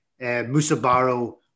Musabaro